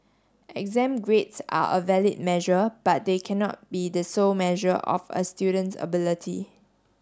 exam grades are a valid measure but they cannot be the sole measure of a student's ability